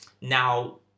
Now